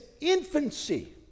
infancy